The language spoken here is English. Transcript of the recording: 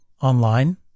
Online